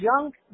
junk